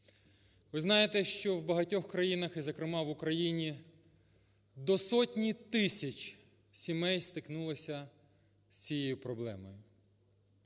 Ви знаєте, що в багатьох країнах і, зокрема, в Україні до сотні тисяч сімей стикнулися з цією проблемою,